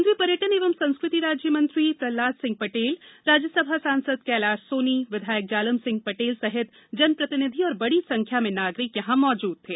केन्द्रीय पर्यटन एवं संस्कृति राज्य मंत्री स्वतंत्र प्रभार प्रहलाद सिंह पटेल राज्यसभा सांसद कैलाश सोनी विधायक जालम सिंह पटेल सहित जनप्रतिनिधि और बड़ी संख्या में नागरिक मौजूद थे